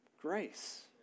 grace